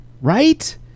right